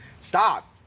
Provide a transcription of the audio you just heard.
Stop